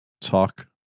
Talk